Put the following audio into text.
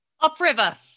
Upriver